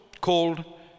called